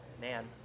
man